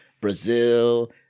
Brazil